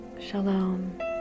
Shalom